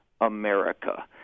America